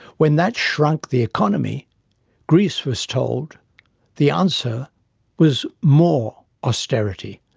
when that shrunk the economy greece was told the answer was more austerity.